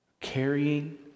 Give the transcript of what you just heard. carrying